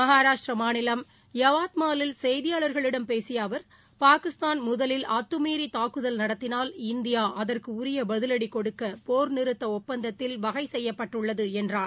மகாராஷ்டிர மாநிலம் யவாத்மாலில் செய்தியாளர்களிம் பேசிய அவர் பாகிஸ்தான் முதலில் அத்தமீறி தாக்குதல் நடத்தினால் இந்தியா அதற்கு உரிய பதிவடி கொடுக்க போர் நிறுத்த ஒப்பந்தத்தில் வகை செய்யப்பட்டுள்ளது என்றார்